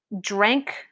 drank